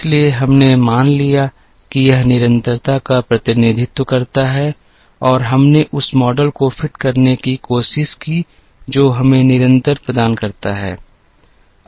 इसलिए हमने मान लिया कि यह निरंतरता का प्रतिनिधित्व करता है और हमने उस मॉडल को फिट करने की कोशिश की जो हमें निरंतर प्रदान करता है